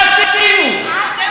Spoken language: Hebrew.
מה עשינו?